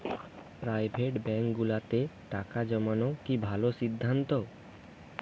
Private ব্যাংকগুলোতে টাকা জমানো কি ভালো সিদ্ধান্ত?